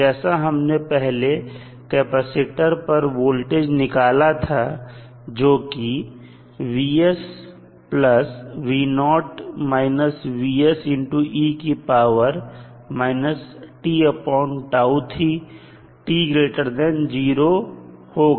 जैसा हमने पहले कैपेसिटर पर वोल्टेज निकाला था जोकि थी जब t0 होगा